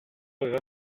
aveva